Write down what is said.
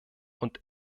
und